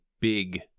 big